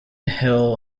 hill